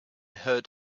heard